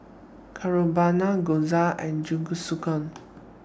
Carbonara Gyoza and Jingisukan